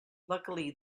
luckily